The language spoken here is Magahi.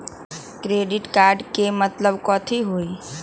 क्रेडिट कार्ड के मतलब कथी होई?